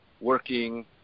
working